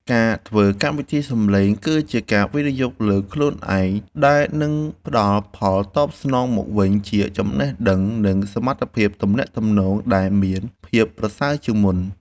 ការធ្វើកម្មវិធីសំឡេងគឺជាការវិនិយោគលើខ្លួនឯងដែលនឹងផ្តល់ផលតបស្នងមកវិញជាចំណេះដឹង និងសមត្ថភាពទំនាក់ទំនងដែលមានភាពប្រសើរជាងមុន។